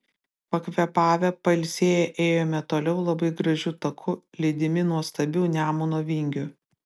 pakvėpavę pailsėję ėjome toliau labai gražiu taku lydimi nuostabių nemuno vingių